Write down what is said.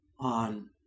on